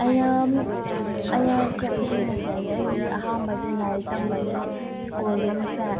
ꯑꯩꯅ ꯑꯩꯅ ꯄꯤꯁꯛ ꯄꯤꯛꯏꯉꯩꯗꯒꯤ ꯑꯩꯒꯤ ꯑꯍꯥꯟꯕꯒꯤ ꯂꯥꯏꯔꯤꯛ ꯇꯝꯕꯒꯤ ꯁ꯭ꯀꯨꯜꯂꯤꯡꯁꯦ